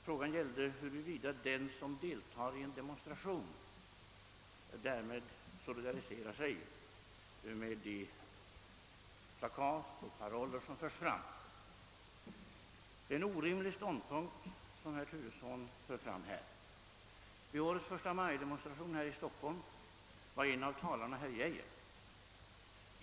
Frågan gällde huruvida den som deltar i en demonstration därmed solidariserar sig med de plakat och paroller som förs fram i demonstrationen. Det är en orimlig ståndpunkt som herr Turesson här intar. Vid förra årets förstamajdemonstration här i Stockholm var en av talarna Arne Geijer.